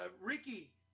Ricky